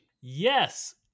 Yes